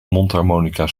mondharmonica